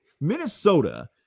Minnesota